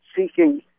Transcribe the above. seeking